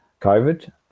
COVID